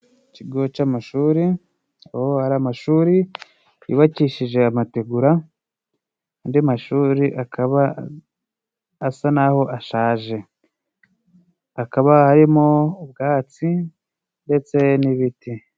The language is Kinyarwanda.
Ikigo cy'amashuri, aho hari amashuri yubakishije amategura, andi mashuri akaba asa n'aho ashaje. Hakaba harimo ubwatsi ndetse n'ibiti.